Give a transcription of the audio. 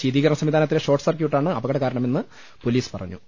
ശ്രീതീകരണ സംവിധാനത്തിലെ ഷോർട്ട് സർക്യൂട്ടാണ് അപകടകാരണമെന്ന് പൊലീസ് പറഞ്ഞു